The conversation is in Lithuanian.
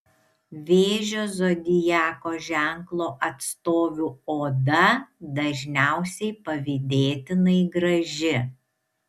vėžio zodiako ženklo atstovių oda dažniausiai pavydėtinai graži